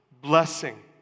blessing